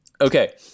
Okay